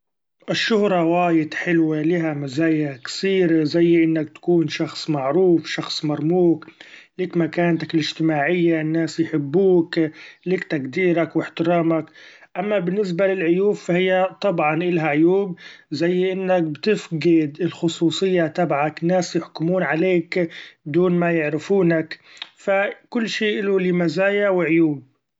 الشهرة وايد حلوي لها مزايا كثيري زي إنك تكون شخص معروف شخص مرموق ، لك مكانتك الإجتماعية الناس يحبوك ، لك تقديرك و احترامك ، أما بالنسبة للعيوب فهي طبعا إلها عيوب زي إنك بتفقد الخصوصية تبعك ناس يحكمون عليك دون ما يعرفونك ، ف كل شيء إلو مزايا و عيوب.